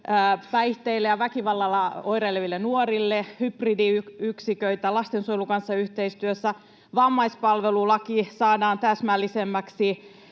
päihteillä ja väkivallalla oireileville nuorille hybridiyksiköitä lastensuojelun kanssa yhteistyössä. Vammaispalvelulaki saadaan täsmällisemmäksi,